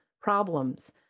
problems